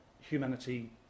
humanity